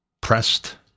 pressed